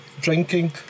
drinking